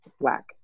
Black